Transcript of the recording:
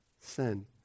sin